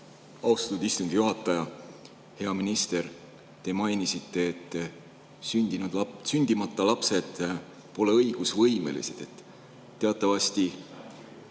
Austatud istungi juhataja! Hea minister! Te mainisite, et sündimata lapsed pole õigusvõimelised. Teatavasti